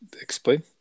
Explain